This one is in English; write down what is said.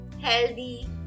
healthy